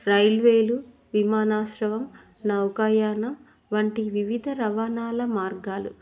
రైల్వేలు విమానాశ్రయం నౌకాయానం వంటి వివిధ రవాణాల మార్గాలు